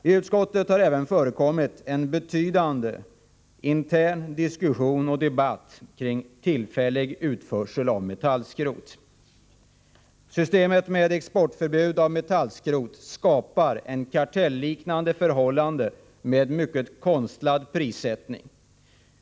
I utskottet har även förekommit en betydande intern diskussion och debatt kring tillfällig utförsel av metallskrot. Systemet med förbud mot export av metallskrot skapar ett kartelliknande förhållande med en mycket konstlad prissättning.